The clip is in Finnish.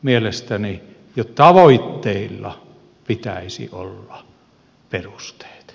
mielestäni jo tavoitteilla pitäisi olla perusteet